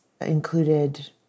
included